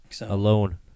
alone